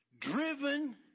driven